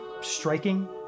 striking